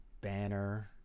Banner